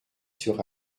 sur